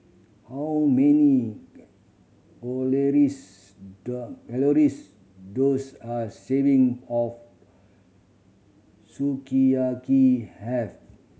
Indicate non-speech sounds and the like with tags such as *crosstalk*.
how many *unintelligible* does a serving of Sukiyaki have